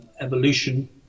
evolution